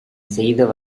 செய்த